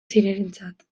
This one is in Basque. zirenentzat